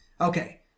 Okay